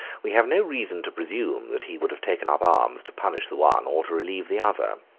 we have no reason to presume that he would have taken up arms to punish the one or to relieve the other.